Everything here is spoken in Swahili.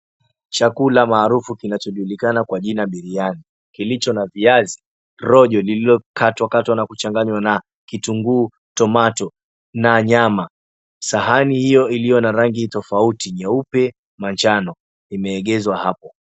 Chakula maarufu kinachojulikana kwa jina biriani, kilicho na viazi rojo lililokatwakatwa na kuchanganywa na kitunguu, tomato na nyama. Sahani hiyo iliyo na rangi tofauti nyeupe, manjano imeegezwa hapo.